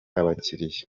abakiliya